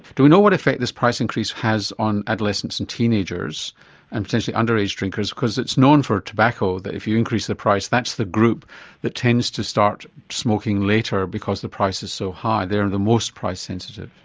do we know what effect this price increase has on adolescents and teenagers and potentially underage drinkers? because it is known for tobacco that if you increase the price, that's the group that tends to start smoking later because the price is so high, they are the most price sensitive.